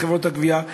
לחברות הגבייה,